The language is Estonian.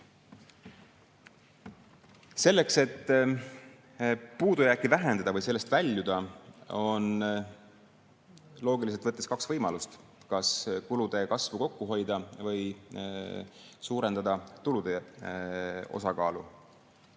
Selleks, et puudujääki vähendada või sellest väljuda, on loogiliselt võttes kaks võimalust: kas kulude kasvu kokku hoida või suurendada tulude osakaalu.